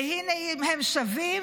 והינה הם שבים,